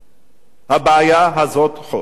הבעיה הזאת עולה וחוזרת.